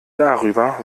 darüber